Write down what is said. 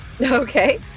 Okay